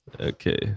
Okay